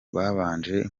babanje